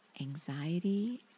anxiety